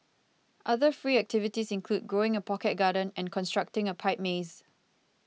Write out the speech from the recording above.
other free activities include growing a pocket garden and constructing a pipe maze